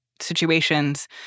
situations